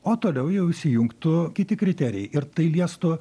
o toliau jau įsijungtų kiti kriterijai ir tai liestų